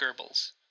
Goebbels